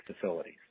facilities